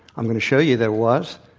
i'm going to show you that it was.